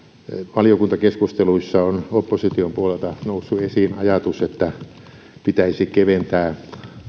valiokuntakeskusteluissa on opposition puolelta noussut esiin ajatus että pitäisi keventää